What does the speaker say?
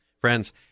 Friends